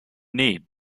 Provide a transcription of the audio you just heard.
need